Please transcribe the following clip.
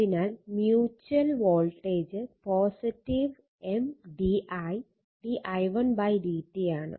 അതിനാൽ mutual voltage M d I d i1 dt ആണ്